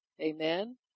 amen